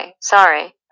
sorry